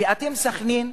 ואתם, סח'נין,